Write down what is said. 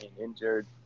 injured